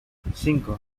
cinco